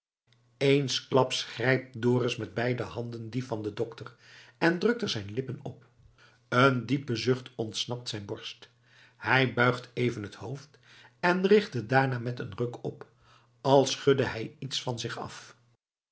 eensklaps grijpt dorus met beide handen die van den dokter en drukt er zijn lippen op een diepe zucht ontsnapt zijn borst hij buigt even het hoofd en richt het daarna met een ruk op als schudde hij iets van zich af